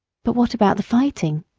but what about the fighting?